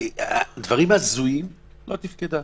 דברים הזויים, בזה הוועדה לא תפקדה.